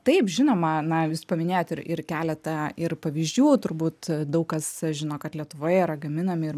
taip žinoma na jūs paminėjot ir ir keletą ir pavyzdžių turbūt daug kas žino kad lietuvoje yra gaminami